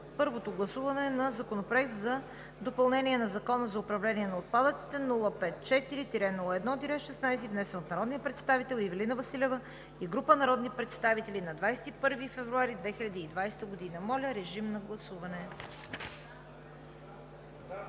първо гласуване Законопроект за допълнение на Закона за управление на отпадъците, № 054-01-16, внесен от народния представител Ивелина Василева и група народни представители на 21 февруари 2020 г. Гласували